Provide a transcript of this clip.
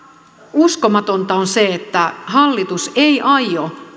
uskomatonta on se että hallitus ei aio